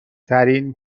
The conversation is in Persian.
ترین